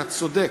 אתה צודק,